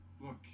look